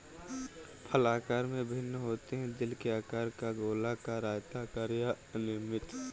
फल आकार में भिन्न होते हैं, दिल के आकार का, गोलाकार, आयताकार या अनियमित